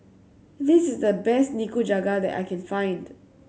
this is the best Nikujaga that I can find